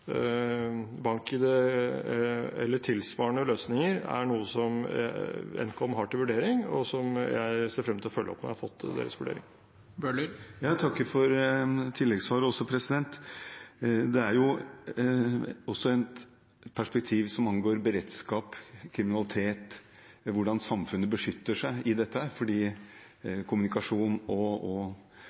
eller tilsvarende løsninger, er noe som Nkom har til vurdering, og som jeg ser frem til å følge opp når jeg har fått deres vurdering. Jeg takker for tilleggssvaret. Det er også et perspektiv i dette som angår beredskap, kriminalitet og hvordan samfunnet beskytter seg,